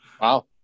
Wow